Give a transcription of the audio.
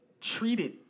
treated